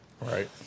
Right